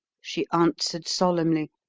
she answered solemnly,